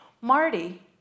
Marty